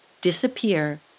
disappear